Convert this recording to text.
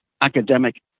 academic